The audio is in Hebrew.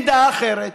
עמדה אחרת,